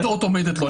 הזכות לטעות עומדת לו.